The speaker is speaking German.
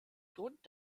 grund